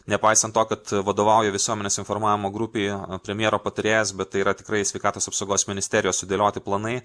nepaisant to kad vadovauja visuomenės informavimo grupėje premjero patarėjas bet tai yra tikrai sveikatos apsaugos ministerijos sudėlioti planai